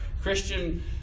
Christian